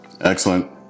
Excellent